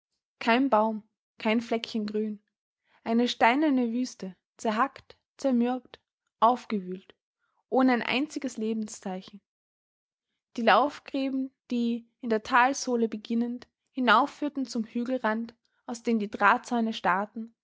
kein baum kein fleckchen grün eine steinerne wüste zerhackt zermürbt aufgewühlt ohne ein einziges lebenszeichen die laufgräben die in der talsohle beginnend hinaufführten zum hügelrand aus dem die drahtzäune starrten